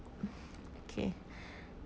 okay